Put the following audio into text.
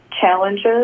challenges